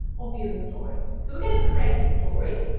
or view a story. so we're gonna create a story.